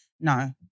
No